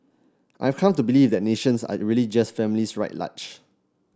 I've come to believe that nations are really just families writ large